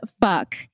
fuck